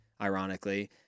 ironically